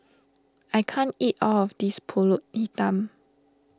I can't eat all of this Pulut Hitam